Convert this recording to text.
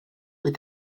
with